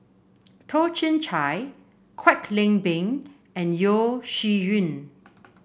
Toh Chin Chye Kwek Leng Beng and Yeo Shih Yun